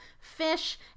fish